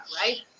right